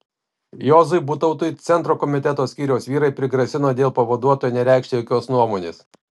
juozui butautui centro komiteto skyriaus vyrai prigrasino dėl pavaduotojo nereikšti jokios nuomonės